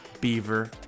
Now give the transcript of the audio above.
Beaver